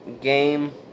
game